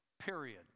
Period